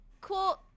cool